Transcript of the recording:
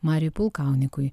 mariui pulkauninkui